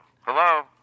Hello